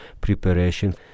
preparation